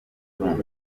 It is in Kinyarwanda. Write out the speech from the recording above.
gicumbi